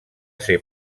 ser